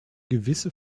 gewisse